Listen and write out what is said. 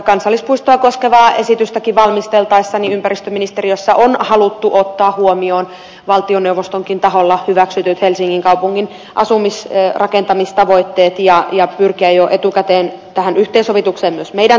kansallispuistoakin koskevaa esitystä valmisteltaessa ympäristöministeriössä on haluttu ottaa huomioon valtioneuvostonkin taholla hyväksytyt helsingin kaupungin asumisrakentamistavoitteet ja pyrkiä jo etukäteen yhteensovitukseen myös meidän taholtamme